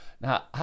Now